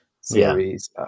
series